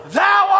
thou